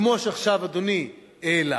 כמו שעכשיו אדוני העלה,